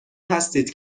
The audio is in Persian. هستید